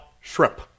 shrimp